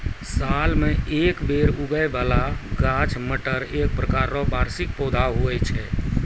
साल मे एक बेर उगै बाला गाछ मटर एक प्रकार रो वार्षिक पौधा हुवै छै